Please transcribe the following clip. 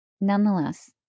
nonetheless